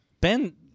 Ben